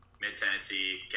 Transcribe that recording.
Mid-Tennessee